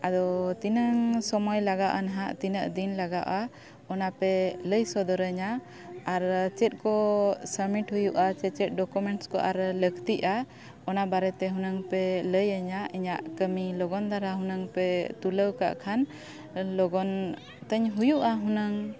ᱟᱫᱚ ᱛᱤᱱᱟᱹᱜ ᱥᱚᱢᱚᱭ ᱞᱟᱜᱟᱜᱼᱟ ᱱᱟᱦᱟᱜ ᱛᱤᱱᱟᱹᱜ ᱫᱤᱱ ᱞᱟᱜᱟᱜᱼᱟ ᱚᱱᱟ ᱯᱮ ᱞᱟᱹᱭ ᱥᱚᱫᱚᱨᱟᱹᱧᱟ ᱟᱨ ᱪᱮᱫ ᱠᱚ ᱥᱟᱵᱽᱢᱤᱴ ᱦᱩᱭᱩᱜᱼᱟ ᱥᱮ ᱪᱮᱫ ᱰᱚᱠᱳᱢᱮᱱᱴᱥ ᱠᱚ ᱟᱨ ᱞᱟᱹᱠᱛᱤᱜᱼᱟ ᱚᱱᱟ ᱵᱟᱨᱮᱛᱮ ᱦᱩᱱᱟᱹᱝ ᱯᱮ ᱞᱟᱹᱭᱟᱹᱧᱟ ᱤᱧᱟᱹᱜ ᱠᱟᱹᱢᱤ ᱞᱚᱜᱚᱱ ᱫᱷᱟᱨᱟ ᱦᱩᱱᱟᱹᱝ ᱯᱮ ᱛᱩᱞᱟᱹᱣ ᱠᱟᱜ ᱠᱷᱟᱱ ᱞᱚᱜᱚᱱ ᱛᱤᱧ ᱦᱩᱭᱩᱜᱼᱟ ᱦᱩᱱᱟᱹᱝ